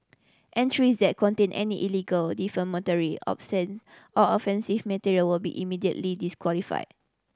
entries that contain any illegal defamatory obscene or offensive material will be immediately disqualified